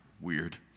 Weird